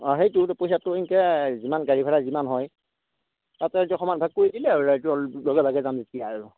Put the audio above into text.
অঁ সেইটো পইচাটো তেনেকে যিমান গাড়ী ভাড়া যিমান হয় তাতে যাই উঠি সমান ভাগ কৰি দিলে হ'ল আৰু এইটো লগে ভাগে যাম যেতিয়া আৰু